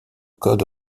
code